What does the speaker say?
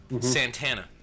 Santana